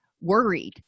worried